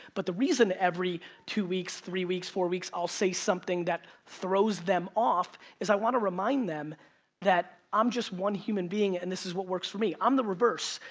but the reason every two weeks, three weeks, four weeks, i'll say something that throws them off, is i want to remind them that i'm just one human being and this is what works for me. i'm the reverse.